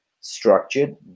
structured